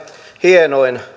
hienoin